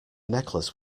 necklace